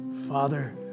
Father